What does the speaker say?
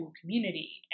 community